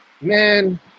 man